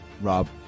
Rob